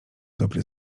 dobry